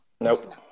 Nope